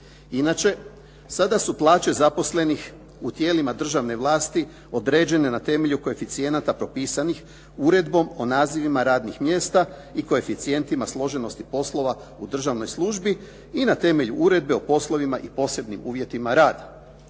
Inače, sada su plaće zaposlenih u tijelima državne vlasti određene na temelju koeficijenata propisanih uredbom o nazivima radnih mjesta i koeficijentima složenosti poslova u državnoj službi i na temelju uredbe o poslovima i posebnim uvjetima rada.